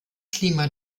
klima